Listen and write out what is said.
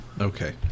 Okay